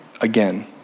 again